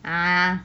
ah